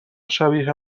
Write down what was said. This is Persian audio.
شبیه